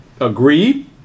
Agreed